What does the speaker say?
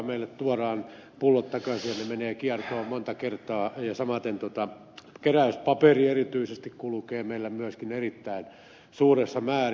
meillä tuodaan pullot takaisin ja ne menevät kiertoon monta kertaa ja samaten keräyspaperi erityisesti kulkee meillä myöskin erittäin suuressa määrin